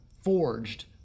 forged